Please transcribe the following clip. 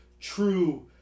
true